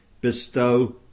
Bestow